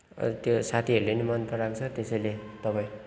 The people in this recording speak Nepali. अहिले त्यो साथीहरूले पनि मन पराएको छ त्यसैले तपाईँ